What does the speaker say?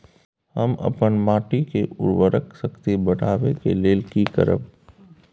हम अपन माटी के उर्वरक शक्ति बढाबै लेल की करब?